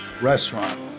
restaurant